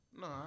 No